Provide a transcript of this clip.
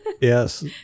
Yes